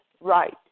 right